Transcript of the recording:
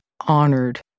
honored